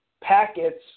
packets